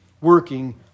working